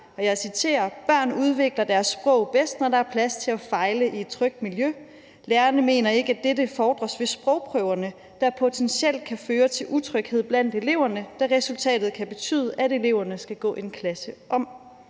jeg citerer: »... børn udvikler deres sprog bedst, når der er plads til at fejle i et trygt miljø. Foreningen mener ikke at dette fordres ved sprogprøverne, der potentielt kan føre til utryghed blandt eleverne, da resultatet kan betyde, at eleverne skal gå en klasse om.«